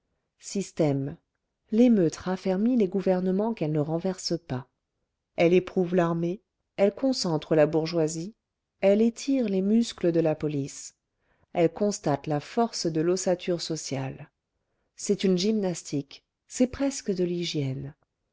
système l'émeute raffermit les gouvernements qu'elle ne renverse pas elle éprouve l'armée elle concentre la bourgeoisie elle étire les muscles de la police elle constate la force de l'ossature sociale c'est une gymnastique c'est presque de l'hygiène